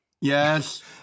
Yes